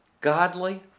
godly